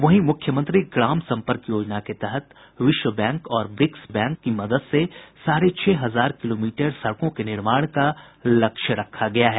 वहीं मुख्यमंत्री ग्राम सम्पर्क योजना के तहत विश्व बैंक और ब्रिक्स बैंक की मदद से साढ़े छह हजार किलोमीटर सड़कों के निर्माण का लक्ष्य रखा गया है